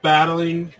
Battling